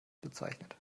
bezeichnet